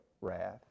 wrath